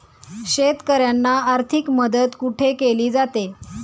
शेतकऱ्यांना आर्थिक मदत कुठे केली जाते?